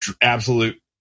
absolute